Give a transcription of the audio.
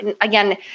Again